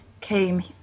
came